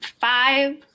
five